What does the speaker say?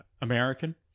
American